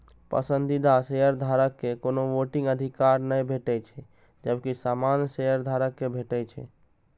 पसंदीदा शेयरधारक कें कोनो वोटिंग अधिकार नै भेटै छै, जबकि सामान्य शेयधारक कें भेटै छै